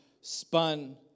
spun